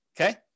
Okay